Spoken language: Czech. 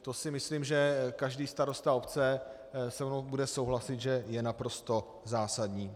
To si myslím, že každý starosta obce se mnou bude souhlasit, že je naprosto zásadní.